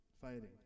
fighting